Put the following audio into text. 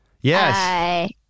Yes